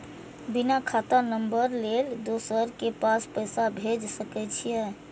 बिना खाता नंबर लेल दोसर के पास पैसा भेज सके छीए?